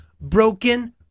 Broken